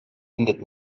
endet